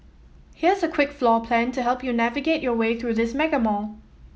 here's a quick floor plan to help you navigate your way through this mega mall